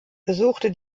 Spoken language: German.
besuchte